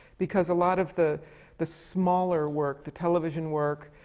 because a lot of the the smaller work, the television work,